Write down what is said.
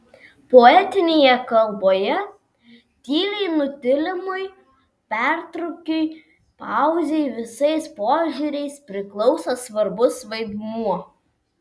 poetinėje kalboje tylai nutilimui pertrūkiui pauzei visais požiūriais priklauso svarbus vaidmuo